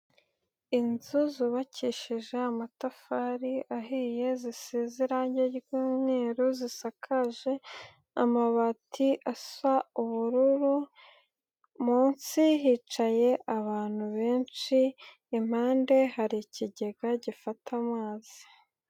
Inzu zubakishije amatafari ahiye, zisize irangi ry'umweru, zisakaje amabati asa ubururu, munsi hicaye abantu benshi impande hari ikigega gifata amazi.